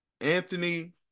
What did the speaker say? Anthony